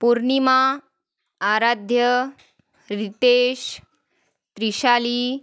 Purnima Aradhya Ritesh Trishali